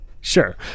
Sure